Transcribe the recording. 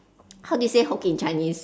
how do you say hook in Chinese